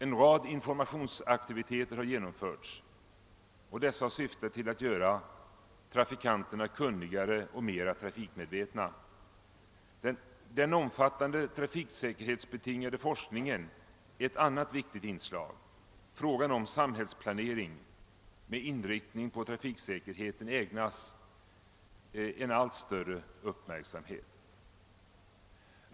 En rad informationsaktiviteter har genomförts syftande till att göra trafikanterna kunnigare och mera trafikmedvetna. Den omfattande trafiksäkerhetsinriktade forskningen är ett annat viktigt inslag. Frågan om samhällsplanering med inriktning på trafiksäkerheten ägnas en allt större uppmärksamhet.